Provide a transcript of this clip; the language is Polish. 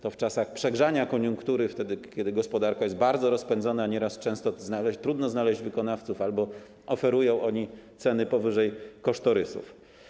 To w czasach przegrzania koniunktury, wtedy, kiedy gospodarka jest bardzo rozpędzona, często trudno znaleźć wykonawców, albo oferują oni ceny powyżej kosztorysów.